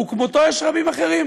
וכמותו יש רבים אחרים.